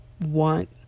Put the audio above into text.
want